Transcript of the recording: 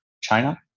China